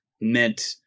meant